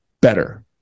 better